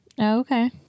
okay